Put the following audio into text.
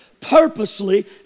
purposely